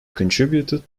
contributed